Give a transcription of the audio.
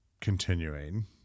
continuing